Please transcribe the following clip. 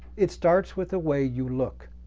it starts with the way you look.